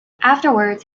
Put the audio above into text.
afterwards